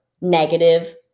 negative